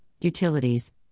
Utilities